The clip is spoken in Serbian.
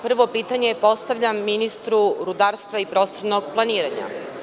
Prvo pitanje postavljam ministru rudarstva i prostornog planiranja.